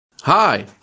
Hi